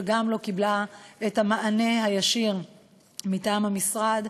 שלא קיבלה את המענה הישיר מטעם המשרד,